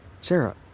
Sarah